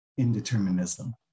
indeterminism